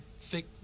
thick